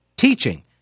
teaching